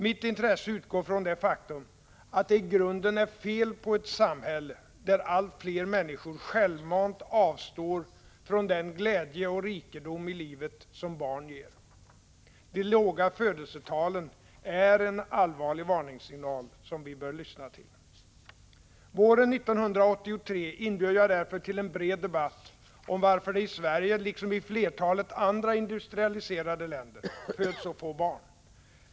Mitt intresse utgår från det faktum att det i grunden är fel på ett samhälle där allt fler människor självmant avstår från den glädje och rikedom i livet som barn ger. De låga födelsetalen är en allvarlig varningssignal som vi bör lyssna till. Våren 1983 inbjöd jag därför till en bred debatt om varför det i Sverige — liksom i flertalet andra industrialiserade länder — föds så få barn.